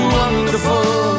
wonderful